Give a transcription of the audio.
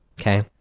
okay